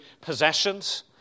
possessions